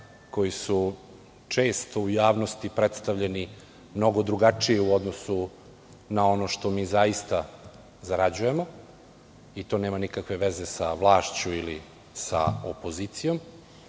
koji su često u javnosti predstavljeni mnogo drugačije u odnosu na ono što mi zaista zarađujemo i to nema nikakve veze sa vlašću ili sa opozicijom.